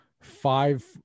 five